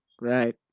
Right